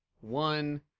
one